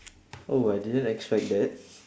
oh I didn't expect that